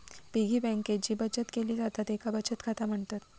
piggy बँकेत जी बचत केली जाता तेका बचत खाता म्हणतत